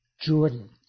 Jordan